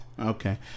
okay